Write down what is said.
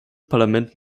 parlament